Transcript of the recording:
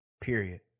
Period